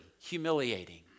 humiliating